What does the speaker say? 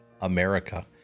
America